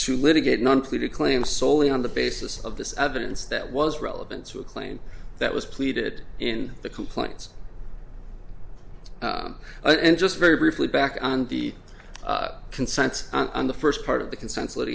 monthly to claim soley on the basis of this evidence that was relevant to a claim that was pleaded in the complaints and just very briefly back on the consensus on the first part of the consensus that